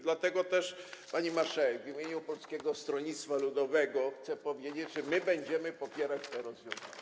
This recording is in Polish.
Dlatego też, pani marszałek, w imieniu Polskiego Stronnictwa Ludowego chcę powiedzieć, że będziemy popierać te rozwiązania.